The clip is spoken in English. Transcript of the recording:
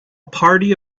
party